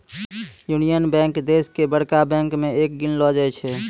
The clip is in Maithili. यूनियन बैंक देश के बड़का बैंक मे एक गिनलो जाय छै